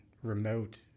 remote